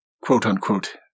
quote-unquote